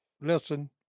listen